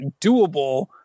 doable